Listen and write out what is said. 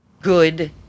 good